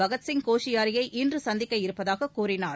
பகத்சிப் கோஷியாரியை இன்று சந்திக்க இருப்பதாக கூறினார்